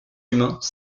humains